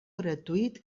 gratuït